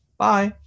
Bye